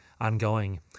ongoing